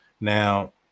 Now